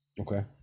Okay